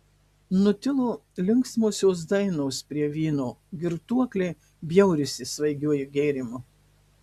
nutilo linksmosios dainos prie vyno girtuokliai bjaurisi svaigiuoju gėrimu